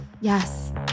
Yes